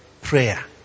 prayer